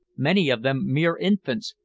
many of them mere infants,